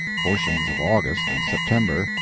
portions of august and september,